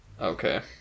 okay